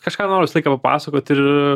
kažką noriu visą laiką papasakoti ir